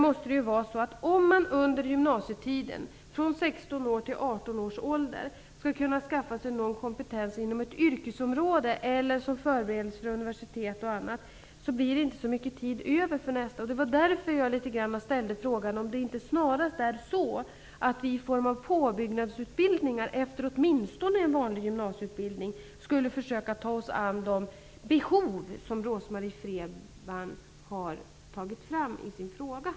Men om man under gymnasietiden, från 16 till 18 års ålder, skall kunna skaffa sig kompetens inom ett yrkesområde eller förbereda sig för universitet osv., blir det inte så mycket tid över. Det var därför jag ställde frågan om det inte snarast är så att vi skulle försöka ta oss an de behov som Rose-Marie Frebran har tagit fram i sin fråga, i form av påbyggnadsutbildningar efter åtminstone en vanlig gymnasieutbildning.